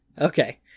Okay